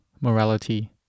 morality